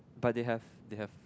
but they have they have